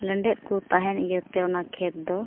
ᱞᱮᱸᱰᱮᱛ ᱠᱚ ᱛᱟᱦᱮᱱ ᱤᱭᱟᱹᱛᱮ ᱚᱱᱟ ᱠᱷᱮᱛ ᱫᱚ